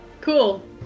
Cool